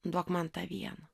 duok man tą vieną